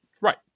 right